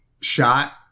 shot